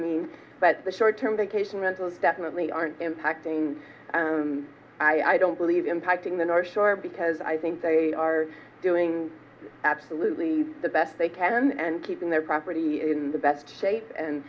mean the short term vacation rentals definitely aren't impacting i don't believe impacting the north shore because i think they are doing absolutely the best they can and keeping their property in the best shape and